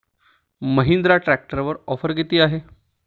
महिंद्रा ट्रॅक्टरवर ऑफर किती आहे?